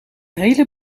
hele